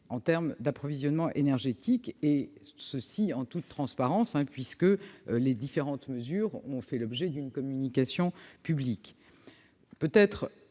en termes d'approvisionnement énergétique, et ceci en toute transparence, puisque les différentes mesures ont fait l'objet d'une communication publique.